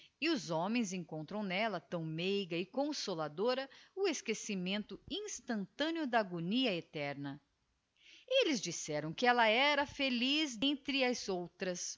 e os homens encontram n'ella tão meiga e consoladora o esquecimento instantâneo da agonia eterna elles disseram que ella era feliz entre as outras